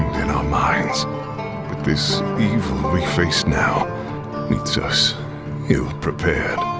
in our minds. but this evil we face now meets us ill-prepared.